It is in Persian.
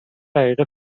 دقیقه